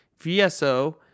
VSO